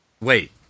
Wait